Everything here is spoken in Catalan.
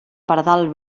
pardal